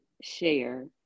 share